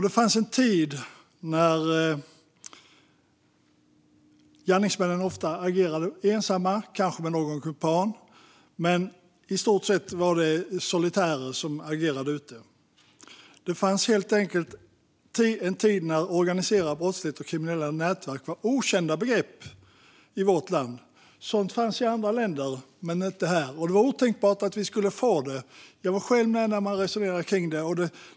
Det fanns en tid när gärningsmännen oftast agerade ensamma eller kanske med någon kumpan. I stort sett var det solitärer som agerade ute. Det fanns helt enkelt en tid när organiserad brottslighet och kriminella nätverk var okända begrepp i vårt land. Sådant fanns i andra länder men inte här. Det var otänkbart att vi skulle få det. Jag var själv med när man resonerade om det.